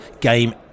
game